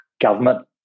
government